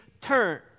turn